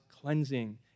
cleansing